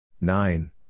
Nine